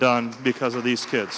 done because of these kids